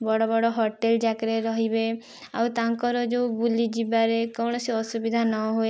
ବଡ଼ ବଡ଼ ହୋଟେଲ ଯାକରେ ରହିବେ ଆଉ ତାଙ୍କର ଯେଉଁ ବୁଲିଯିବାରେ କୌଣସି ଅସୁବିଧା ନ ହୁଏ